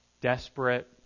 Desperate